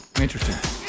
Interesting